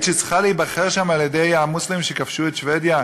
שצריכה להיבחר שם על-ידי המוסלמים שכבשו את שבדיה,